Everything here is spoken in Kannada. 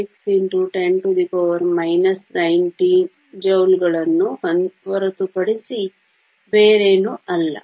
6 x 10 19 ಜೌಲ್ಗಳನ್ನು ಹೊರತುಪಡಿಸಿ ಬೇರೇನೂ ಅಲ್ಲ